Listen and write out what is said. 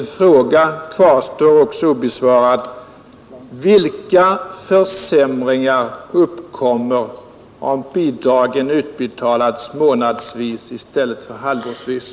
Min fråga kvarstår också obesvarad: Vilka försämringar uppkommer om bidragen utbetalas månadsvis i stället för halvårsvis?